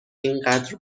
اینقدر